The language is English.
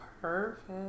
Perfect